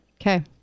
okay